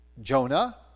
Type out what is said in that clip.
Jonah